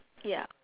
ya